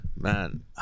Man